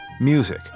music